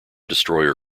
destroyer